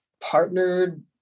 partnered